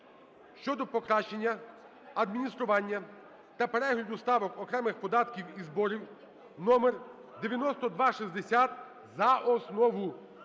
щодо покращення адміністрування та перегляду ставок окремих податків і зборів (№ 9260) за основу.